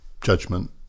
judgment